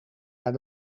naar